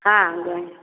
हाँ जाएँ